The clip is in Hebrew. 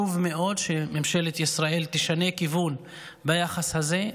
אני חושב שחשוב מאוד שממשלת ישראל תשנה כיוון ביחס הזה.